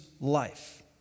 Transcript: life